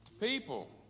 People